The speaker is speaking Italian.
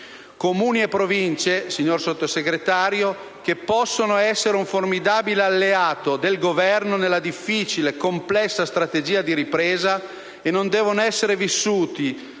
Comuni e Province, signor Sottosegretario, che possono essere un formidabile alleato del Governo nella difficile e complessa strategia di ripresa e non devono essere vissuti